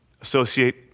Associate